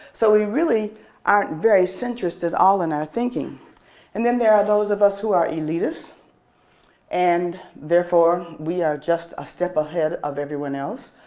so we really aren't very centrist at all in our thinking and then there are those of us who are elitist and therefore we are just a step ahead of everyone else,